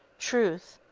truth,